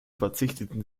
verzichteten